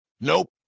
Nope